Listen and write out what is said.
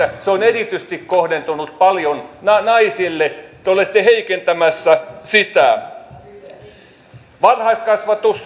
se on erityisesti kohdentunut paljon naisiin te olette heikentämässä sitä